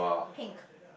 pink